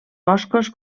boscos